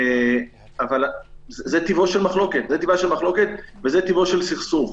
אבל זאת טבעה של מחלוקת וזה טבעו של סכסוך.